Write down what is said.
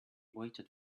waited